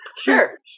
Sure